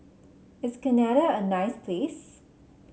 is Canada a nice place